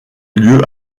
lieu